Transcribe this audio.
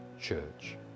Church